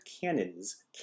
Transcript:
cannons